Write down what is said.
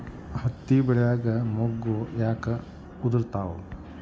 ಹತ್ತಿ ಬೆಳಿಯಾಗ ಮೊಗ್ಗು ಯಾಕ್ ಉದುರುತಾವ್?